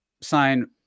sign